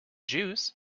juice